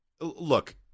look